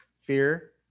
Fear